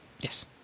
Yes